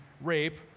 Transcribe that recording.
rape